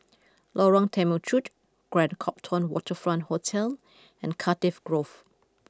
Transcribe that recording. Lorong Temechut Grand Copthorne Waterfront Hotel and Cardiff Grove